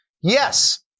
Yes